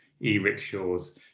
e-rickshaws